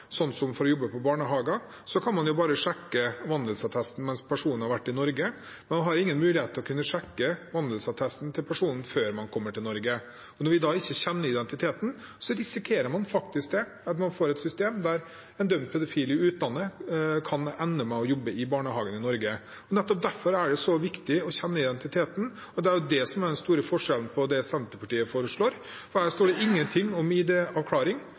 vært i Norge. Man har ingen mulighet til å kunne sjekke vandelsattesten til personen før ankomst til Norge. Når vi ikke kjenner identiteten, risikerer man faktisk å få et system der en dømt pedofil i utlandet kan ende med å jobbe i barnehage i Norge. Nettopp derfor er det så viktig å kjenne identiteten. Det er det som er den store forskjellen til det som Senterpartiet foreslår. Der står det ingen ting om ID-avklaring. Det